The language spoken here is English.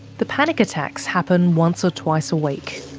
the panic attacks happen once or twice a week.